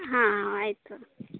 ಹಾಂ ಆಯ್ತು